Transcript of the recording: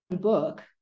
book